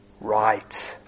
right